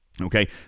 Okay